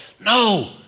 No